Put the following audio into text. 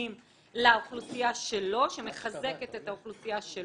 יחודיים לאוכלוסייה שלו שמחזקת את האוכלוסייה,